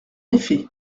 effet